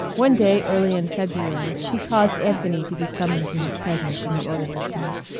one day early in february he caused anthony to be summoned to his presence in the orderly tent.